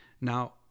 now